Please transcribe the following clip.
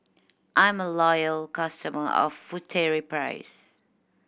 I am a loyal customer of Furtere price